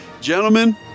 gentlemen